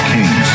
Kings